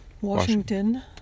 Washington